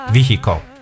Vehicle